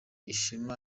ishema